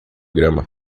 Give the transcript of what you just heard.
grama